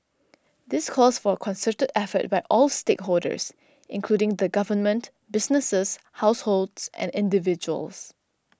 this calls for a concerted effort by all stakeholders including the Government businesses households and individuals